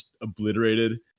obliterated